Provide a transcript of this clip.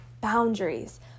Boundaries